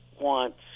wants